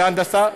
בהנדסה,